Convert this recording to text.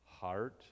heart